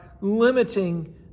limiting